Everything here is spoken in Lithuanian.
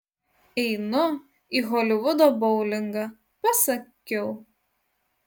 einu į holivudo boulingą pasakiau